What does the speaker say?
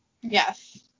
yes